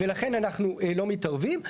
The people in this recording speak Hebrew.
ולכן אנחנו לא מתערבים.